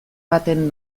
baten